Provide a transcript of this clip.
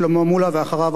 חבר הכנסת רוני בר-און.